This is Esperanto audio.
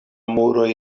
muroj